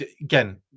again